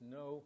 no